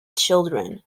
children